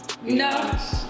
No